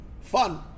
Fun